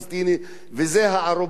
וזו הערובה הנכונה